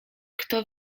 kto